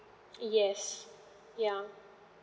yes yeah